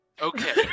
Okay